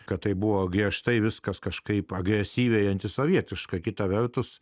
kad tai buvo griežtai viskas kažkaip agresyvėjanti sovietiška kita vertus